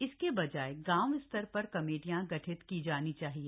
इसके बजाय गांव स्तर पर कमेटियां गठित की जानी चाहिए